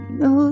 no